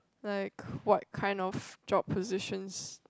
like what kind of job positions